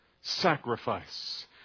sacrifice